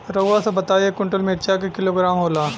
रउआ सभ बताई एक कुन्टल मिर्चा क किलोग्राम होला?